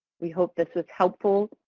we hope this is helpful.